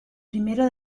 primero